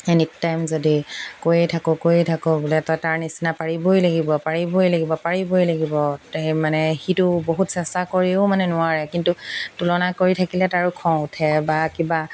any time যদি কৈয়েই থাকোঁ কৈয়েই থাকোঁ বোলে তই তাৰ নিচিনা পাৰিবই লাগিব পাৰিবই লাগিব পাৰিবই লাগিব মানে সিটো বহুত চেষ্টা কৰিও মানে নোৱাৰে কিন্তু তুলনা কৰি থাকিলে তাৰো খং উঠে বা কিবা